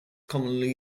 commonly